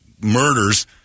murders